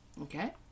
Okay